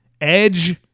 edge